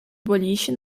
boliche